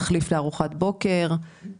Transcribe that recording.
תחליף לארוחת בוקר,